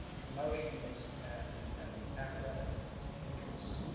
promotions and and academic interests.